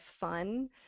fun